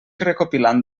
recopilant